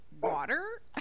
water